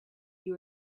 you